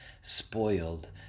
spoiled